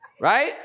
Right